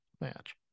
match